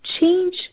change